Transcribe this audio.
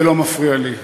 זה לא מפריע לי.